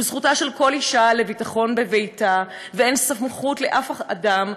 זכותה של כל אישה לביטחון בביתה ואין סמכות לשום אדם,